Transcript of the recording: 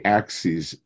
axes